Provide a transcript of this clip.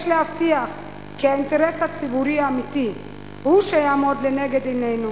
יש להבטיח כי האינטרס הציבורי האמיתי הוא שיעמוד לנגד עינינו